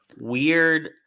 weird